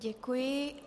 Děkuji.